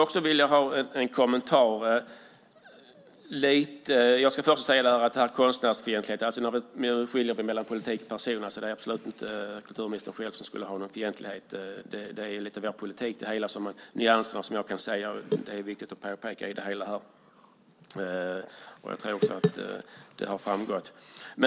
Först vill jag säga något om konstnärsfientlighet. Man ska skilja på politik och person. Det är absolut inte kulturministern som visar fientlighet utan det är politiken. Det är viktigt att påpeka nyanserna. Jag tror också att det har framgått.